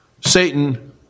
Satan